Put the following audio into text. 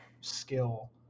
skill